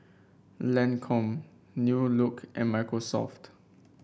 Lancome New Look and Microsoft